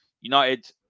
United